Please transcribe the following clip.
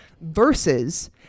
versus